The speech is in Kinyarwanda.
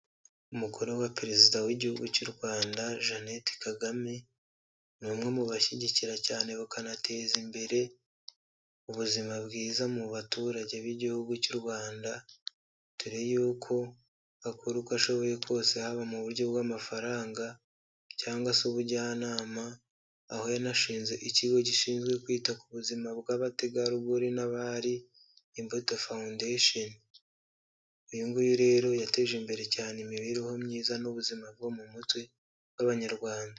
Umugore wa Perezida w'Igihugu cy'u Rwanda Jeannette Kagame ni umwe mu bashyigikira cyane bakanateza imbere ubuzima bwiza mu baturage b'igihugu cy'u Rwanda, dore yuko akora uko ashoboye kose haba mu buryo bw'amafaranga cyangwa se ubujyanama, aho yanashinze ikigo gishinzwe kwita ku buzima bw'abategarugori n'abari Imbuto Foundation, uyu nguyu rero yateje imbere cyane imibereho myiza n'ubuzima bwo mu mutwe w'Abanyarwanda.